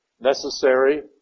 necessary